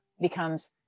becomes